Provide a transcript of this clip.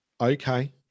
Okay